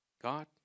God